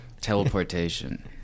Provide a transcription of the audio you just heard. Teleportation